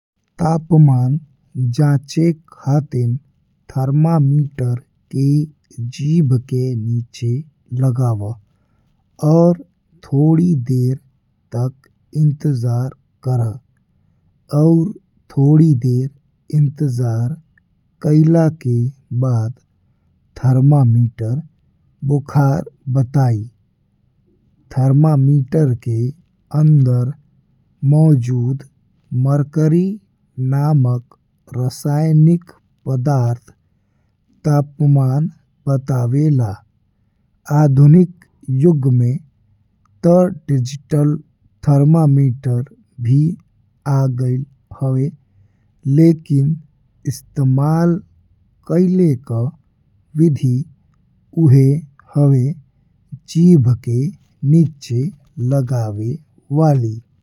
तापमान जांचे खातिर थर्मामीटर के जीभ के नीचे लगावा और थोड़ी देर तक इंतज़ार करा और थोड़ी देर इंतजार कईला के बाद थर्मामीटर बुखार बताई। थर्मामीटर के अंदर मौजूद मर्क्यूरी नामक रासायनिक पदार्थ तापमान बतावेला आधुनिक युग में त डिज़िटल थर्मामीटर भी आ गइल हवे। लेकिन इस्तमाल कइले के विधि उहे हवे जीभ के नीचे लगावे वाली।